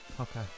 okay